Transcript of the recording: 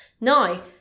now